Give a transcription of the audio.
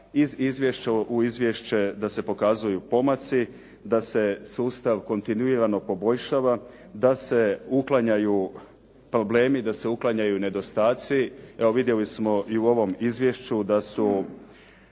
iz izvješća u izvješće da se pokazuju pomaci. Da se sustav kontinuirano poboljšava, da se uklanjaju problemi, da se uklanjaju nedostaci. Evo vidjeli smo i u ovom izvješću da su